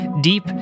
deep